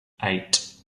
eight